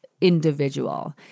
Individual